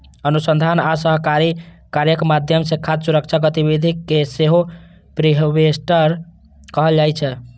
अनुसंधान आ सहकारी कार्यक माध्यम सं खाद्य सुरक्षा गतिविधि कें सेहो प्रीहार्वेस्ट कहल जाइ छै